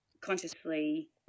consciously